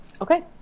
Okay